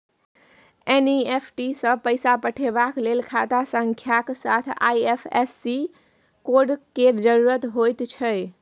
NEFT सँ पैसा पठेबाक लेल खाता संख्याक साथ आई.एफ.एस.सी कोड केर जरुरत होइत छै